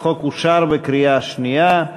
החוק אושר בקריאה השנייה.